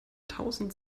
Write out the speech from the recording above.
tausend